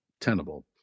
tenable